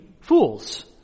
fools